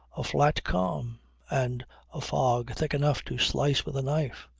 a flat calm and a fog thick enough to slice with a knife.